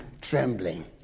trembling